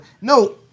No